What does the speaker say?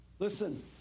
Listen